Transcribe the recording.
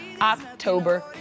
october